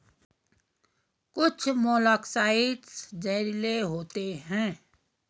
कुछ मोलॉक्साइड्स जहरीले होते हैं